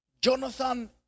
jonathan